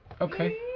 Okay